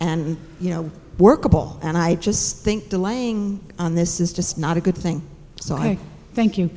and you know workable and i just think delaying on this is just not a good thing so i thank